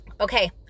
okay